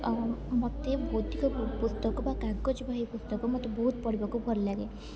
ମୋତେ ଭୌଦ୍ଧିକ ପୁସ୍ତକ ବା କାଗଜବହି ପୁସ୍ତକ ମୋତେ ବହୁତ ପଢ଼ିବାକୁ ଭଲ ଲାଗେ